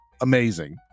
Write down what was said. amazing